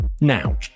Now